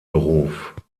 beruf